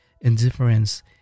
indifference